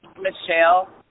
Michelle